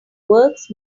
works